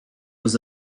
was